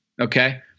okay